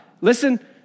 Listen